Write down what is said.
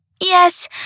Yes